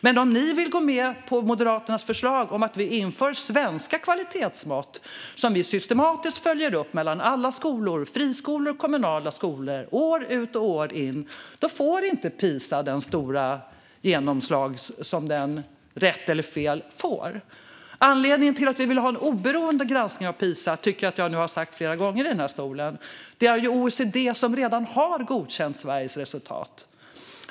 Men om ni vill gå med på Moderaternas förslag om att införa svenska kvalitetsmått som systematiskt följs upp i alla skolor, såväl i friskolor som kommunala skolor, år ut och år in får PISA-undersökningen inte det stora genomslag som den nu - rätt eller fel - får. Anledningen till att vi vill ha en oberoende granskning av PISA har jag nu tagit upp flera gånger härifrån talarstolen. Det beror på att OECD redan har godkänt Sveriges resultat.